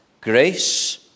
Grace